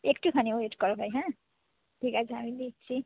একটুখানি ওয়েট করো ভাই হ্যাঁ ঠিক আছে আমি দিচ্ছি